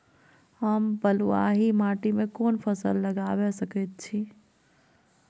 हम बलुआही माटी में कोन फसल लगाबै सकेत छी?